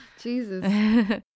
Jesus